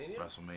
WrestleMania